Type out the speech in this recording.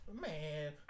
Man